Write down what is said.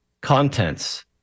contents